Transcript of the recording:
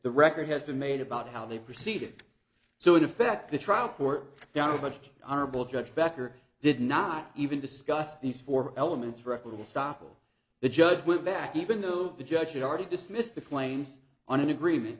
the record has been made about how they proceeded so in effect the trial court down much honorable judge becker did not even discuss these four elements for equitable stoppel the judge went back even though the judge had already dismissed the claims on an agreement